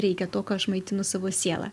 reikia to ką aš maitinu savo sielą